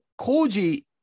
koji